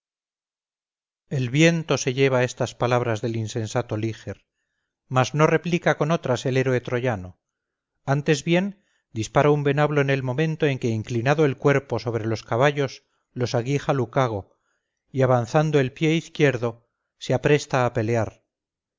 el viento se lleva estas palabras del insensato liger mas no replica con otras el héroe troyano antes bien dispara un venablo en el momento en que inclinado el cuerpo sobre los caballos los aguija lucago y avanzando el pie izquierdo se apresta a pelear